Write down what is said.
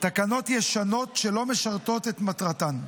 תקנות ישנות שלא משרתות את מטרתן.